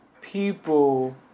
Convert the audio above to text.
people